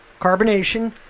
carbonation